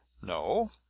no?